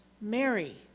Mary